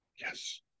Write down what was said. yes